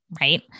right